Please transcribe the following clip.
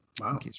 Wow